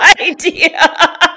idea